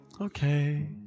Okay